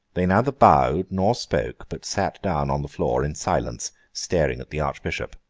they neither bowed nor spoke, but sat down on the floor in silence, staring at the archbishop.